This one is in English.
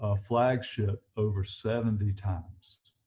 ah flagship over seventy times